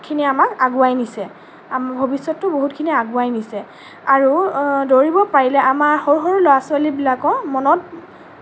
খিনি আমাক আগুৱাই নিছে ভৱিষ্যতটো বহুতখিনি আগুৱাই নিছে আৰু দৌৰিব পাৰিলে আমাৰ সৰু সৰু ল'ৰা ছোৱালীবিলাকৰ মনত